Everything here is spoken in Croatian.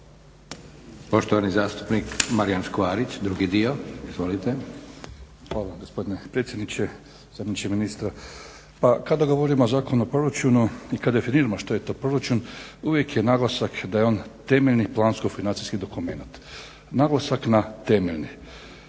Poštovani zastupnik Marijan Škvarić, drugi dio. Izvolite. **Škvarić, Marijan (HNS)** Hvala gospodine predsjedniče. Zamjeniče ministra. Pa kada govorimo o Zakonu o proračunu i kad definiramo što je to proračun uvijek je naglasak da je on temeljni plansko-financijski dokumenat. Naglasak na temeljni.